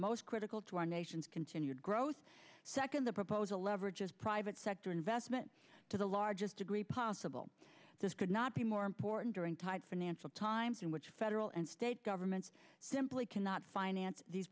most critical to our nation's continued growth second the proposal leverage is private sector investment to the largest degree possible this could not be more important during tight financial times in which federal and state governments simply cannot finance these